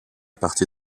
partie